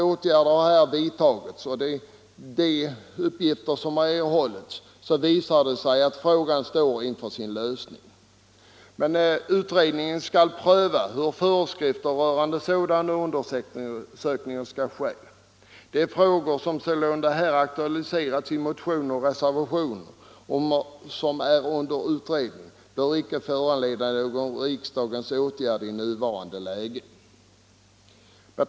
Åtgärder har där vidtagits och erhållna uppgifter visar att frågan står inför sin lösning. Utredningen skall pröva hur föreskrifter rörande sådana undersökningar skall ske. De frågor som således här aktualiserats i motioner och reservationer och som är under utredning bör icke föranleda någon riksdagens åtgärd i nuvarande läge.